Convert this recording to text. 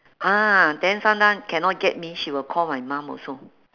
ah then sometime cannot get me she will call my mum also